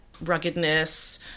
ruggedness